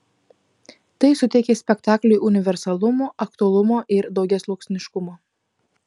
tai suteikia spektakliui universalumo aktualumo ir daugiasluoksniškumo